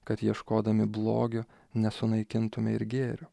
kad ieškodami blogio nesunaikintume ir gėrio